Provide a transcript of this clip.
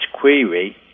query